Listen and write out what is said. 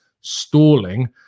stalling